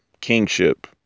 kingship